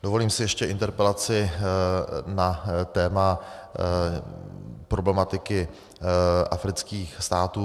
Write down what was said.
Dovolím si ještě interpelaci na téma problematiky afrických států.